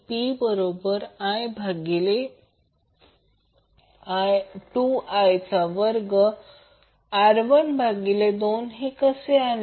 P बरोबर I भागिले 2I वर्ग R1 भागिले 2 कसे आले